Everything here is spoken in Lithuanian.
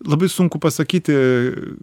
labai sunku pasakyti